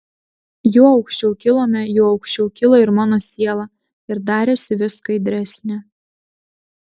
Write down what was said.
juo aukščiau kilome juo aukščiau kilo ir mano siela ir darėsi vis skaidresnė